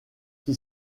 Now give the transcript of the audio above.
qui